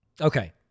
Okay